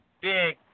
big